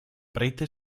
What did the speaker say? prete